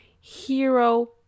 hero